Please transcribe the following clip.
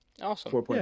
awesome